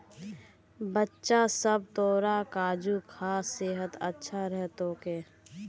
बच्चा सब, तोरा काजू खा सेहत अच्छा रह तोक